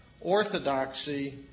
orthodoxy